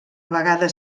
vegades